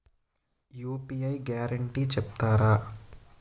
UPI guarantee చెప్తారా?